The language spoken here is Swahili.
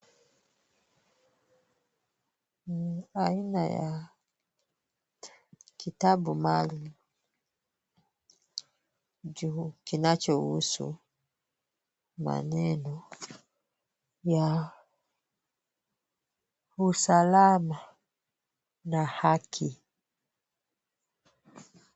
Ni aina ya kitabu maalum kinachohusu maneno ya usalama na haki.